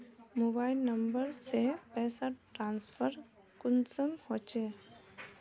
Mobile number से पैसा transfer कुंसम होचे?